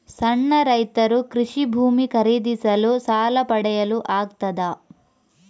ಸಣ್ಣ ರೈತರು ಕೃಷಿ ಭೂಮಿ ಖರೀದಿಸಲು ಸಾಲ ಪಡೆಯಲು ಆಗ್ತದ?